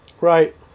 Right